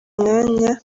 mwanya